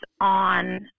on